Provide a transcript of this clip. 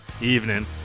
evening